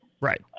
Right